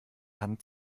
hand